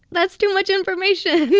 that's too much information.